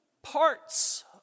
parts